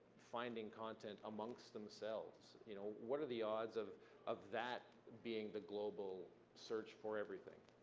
finding content amongst themselves. you know what are the odds of of that being the global search for everything?